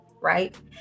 Right